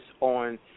on